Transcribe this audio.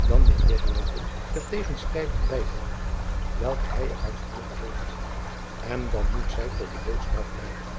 dan met weglating der tegenstrijdige byvoeging welke hy er aan verknocht heeft en dan moet zy tot de doodstraf leiden